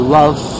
love